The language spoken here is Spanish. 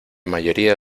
mayoría